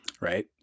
right